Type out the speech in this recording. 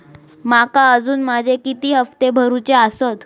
माका अजून माझे किती हप्ते भरूचे आसत?